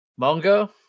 Mongo